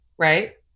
Right